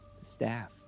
staff